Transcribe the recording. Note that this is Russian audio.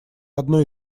одной